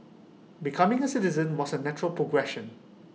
becoming A citizen was A natural progression